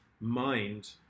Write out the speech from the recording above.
mind